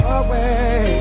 away